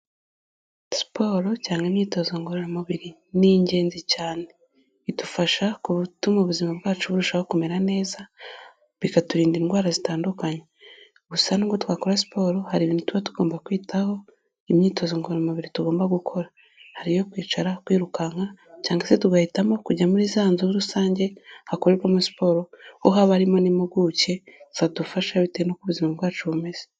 Siporo cyane imyitozo ngororamubiri ni ingenzi cyane idufasha gutuma ubuzima bwacu burushaho kumera neza bikaturinda indwara zitandukanye, gusa n'ubwo twakora siporo hari ibintu tuba tugomba kwitaho, imyitozo ngororamubiri tugomba gukora hari iyo kwicara kwirukanka cyangwa se tugahitamo kujya muri zanzu rusange hakorerwamo siporo aho haba harimo n'impuguke zadufasha bitewe nuko ubuzima bwacu bumeze.